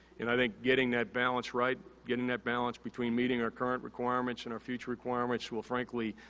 and, i think getting that balance right, getting that balance between meeting our current requirements and our future requirements will, frankly,